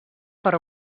per